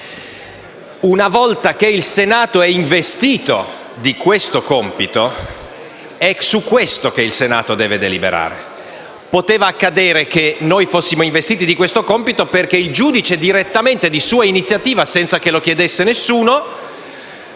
Una volta che il Senato viene investito di questo compito è su questo che deve deliberare. Poteva accadere che noi fossimo investiti di questo compito perché il giudice, direttamente, di sua iniziativa, senza che lo chiedesse nessuno,